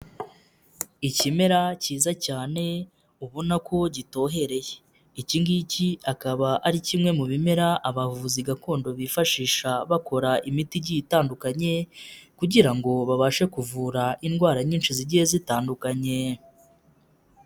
Ikimera cyiza cyane ubona ko gitohereye, iki ngiki akaba ari kimwe mu bimera abavuzi gakondo bifashisha bakora imiti igiye itandukanye, kugira ngo babashe kuvura indwara nyinshi zigiye zitandukanye.